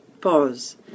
Pause